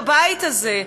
בבית הזה,